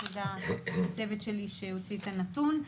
ותודה לצוות שלי שהוציא את הנתון.